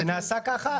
זה נעשה ככה,